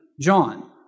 John